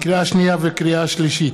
לקריאה שנייה ולקריאה שלישית: